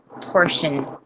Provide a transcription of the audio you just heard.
portion